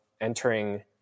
entering